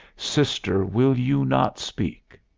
sister, will you not speak?